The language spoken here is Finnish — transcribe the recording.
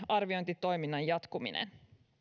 arviointitoiminnan jatkuminen